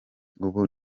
ubu